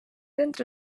entre